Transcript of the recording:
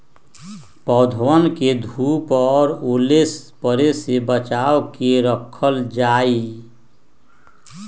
पौधवन के धूप और ओले पड़े से बचा के रखल जाहई